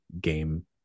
game